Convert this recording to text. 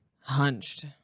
Hunched